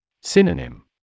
Synonym